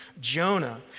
Jonah